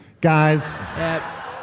Guys